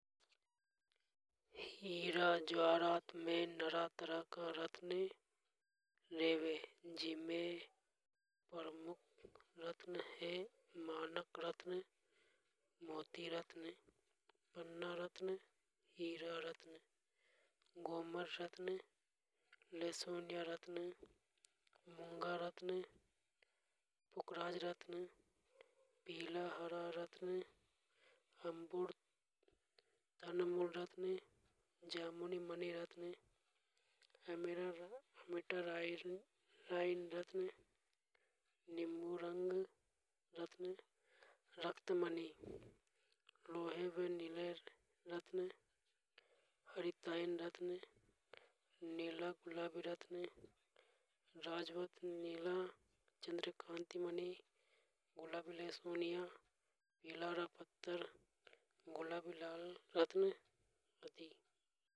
हीरा ज्वारात में नरा तरह का रत्न रेवे। जीमे प्रमुख रत्न हे मानक रत्न मोती रत्न पन्ना रत्न हीरा रत्न गोमर रत्न लहसुनियां रत्न मूंगा रत्न पुखराज रत्न पिला हरा रत्न तणमूल रत्न जामुनी रत्न। नींबू रत्न रक्त मणि रत्न लोहे व नीले रत्न हरितयन रत्न नीला गुलाबी रत्न राजरतन नीला चंद्रकांत मणि गुलाबिल्स मोनिया इलारा पत्थर गुलाबी लाल रत्न आदि।